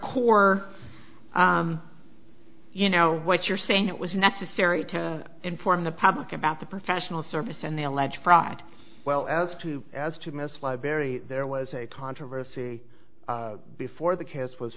core you know what you're saying it was necessary to inform the public about the professional service and the alleged fraud well as to as to miss library there was a controversy before the case was